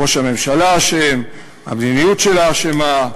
ראש הממשלה אשם, המדיניות שלה אשמה,